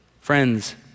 Friends